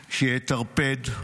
שיטרפד,